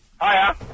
Hiya